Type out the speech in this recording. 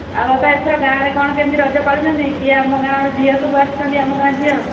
ଆଉ ବାପା ଏଥର ଗାଁରେ କ'ଣ କେମିତି ରଜ ପାଳୁଛନ୍ତି କିଏ ଆମର ଗାଁରୁ ଝିଅ ସବୁ ଆସିଛନ୍ତି ଆମ ଗାଁ ଝିଅ